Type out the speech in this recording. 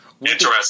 interesting